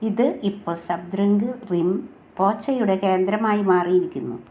ഇത് ഇപ്പോൾ ശബ്ദ്രംഗ് റിം പോച്ചെയുടെ കേന്ദ്രമായി മാറിയിരിക്കുന്നു